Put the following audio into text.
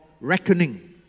reckoning